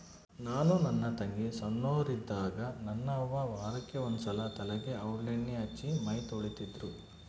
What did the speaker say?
ನಾನು ನನ್ನ ತಂಗಿ ಸೊಣ್ಣೋರಿದ್ದಾಗ ನನ್ನ ಅವ್ವ ವಾರಕ್ಕೆ ಒಂದ್ಸಲ ತಲೆಗೆ ಔಡ್ಲಣ್ಣೆ ಹಚ್ಚಿ ಮೈತೊಳಿತಿದ್ರು